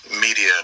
media